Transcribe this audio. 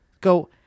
go